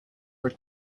were